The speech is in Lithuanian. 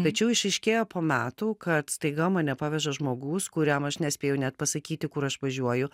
tačiau išryškėjo po metų kad staiga mane paveža žmogus kuriam aš nespėjau net pasakyti kur aš važiuoju